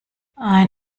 ein